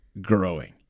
growing